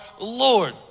Lord